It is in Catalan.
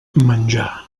menjar